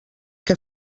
què